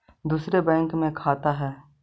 दुसरे बैंक के खाता हैं?